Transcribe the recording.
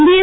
DA